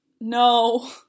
no